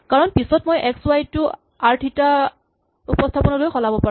কাৰণ পিছত মই এক্স ৱাই টো আৰ থিতা ৰ উপস্হাপনলৈ সলাব পাৰো